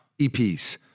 EPs